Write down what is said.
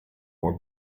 more